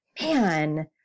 man